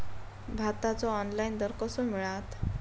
भाताचो ऑनलाइन दर कसो मिळात?